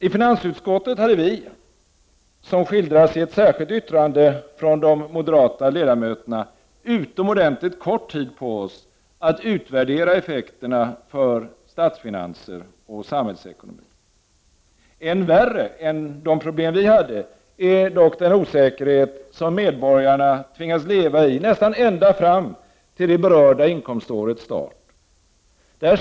I finansutskottet hade vi, vilket skildras i ett särskilt yttrande från de moderata ledamöterna, utomordentligt kort tid på oss att utvärdera effekterna för statsfinanser och samhällsekonomi. Än värre än de problem som vi hade är dock den osäkerhet som medborgarna tvingas leva i nästan ända fram till det berörda inkomstårets start.